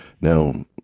Now